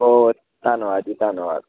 ਬਹੁਤ ਧੰਨਵਾਦ ਜੀ ਧੰਨਵਾਦ